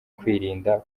kwirinda